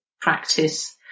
practice